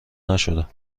نشدم